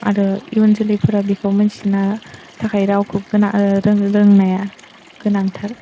आरो इयुन जोलैफोरा बेखौ मोनथिनो थाखाय रावखौ रोंनाया गोनांथार